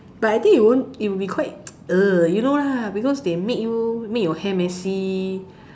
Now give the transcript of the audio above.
but I think it won't it will be quite you know lah because they make you make your hair messy